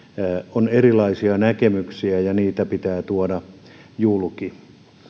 on erilaisia näkemyksiä ja niitä pitää tuoda julki